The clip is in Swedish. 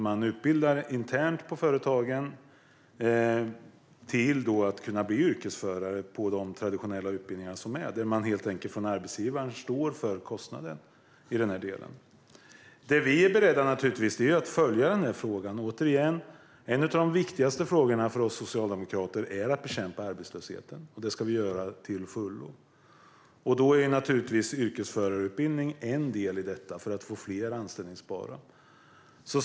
Man utbildar internt på företagen till att kunna bli yrkesförare på de traditionella utbildningarna. Arbetsgivaren står helt enkelt för kostnaden i den delen. Vi är naturligtvis beredda att följa den här frågan. En av de viktigaste frågorna för oss socialdemokrater är att bekämpa arbetslösheten, och det ska vi göra till fullo. Yrkesförarutbildningen är en del i att göra fler anställbara.